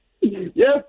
Yes